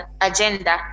agenda